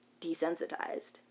desensitized